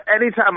Anytime